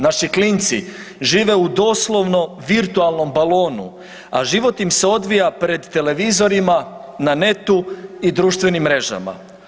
Naši klinci žive u doslovno virtualnom balonu, a život im se odvija pred televizorima, na NET-u i društvenim mrežama.